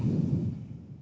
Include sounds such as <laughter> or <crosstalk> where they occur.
<breath>